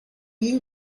you